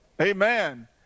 Amen